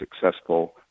successful